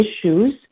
issues